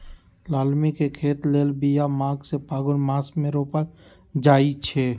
लालमि के खेती लेल बिया माघ से फ़ागुन मास मे रोपल जाइ छै